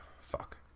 fuck